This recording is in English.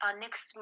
next